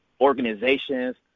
organizations